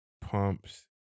pumps